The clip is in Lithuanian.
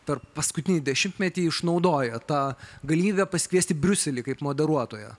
per paskutinį dešimtmetį išnaudoja tą galimybę pasikviesti briuselį kaip moderuotoją